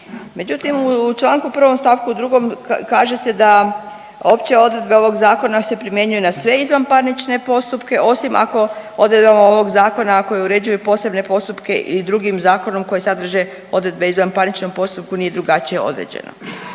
Međutim, u Članku 1. stavku 2. kaže se da opće odredbe ovog zakona se primjenjuju na sve izvanparnične postupke osim ako odredbama ovog zakona, a koji uređuje i posebne postupke i drugim zakonom koji sadrže odredbe o izvanparničnom postupku nije drugačije određeno.